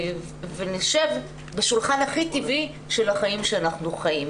ונשב בשולחן הכי טבעי של החיים שאנחנו חיים.